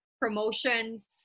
promotions